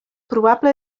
probable